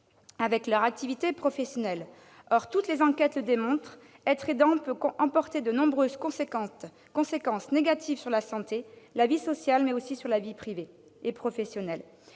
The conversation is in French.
avec leur activité professionnelle. Or toutes les enquêtes le démontrent : être aidant peut emporter de nombreuses conséquences négatives sur la santé, la vie sociale, mais aussi la vie privée et la vie professionnelle.